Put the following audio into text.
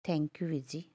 thank you ਵੀਰ ਜੀ